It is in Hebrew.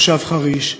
תושב חריש,